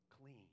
clean